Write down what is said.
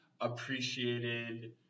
appreciated